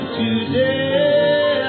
today